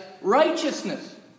righteousness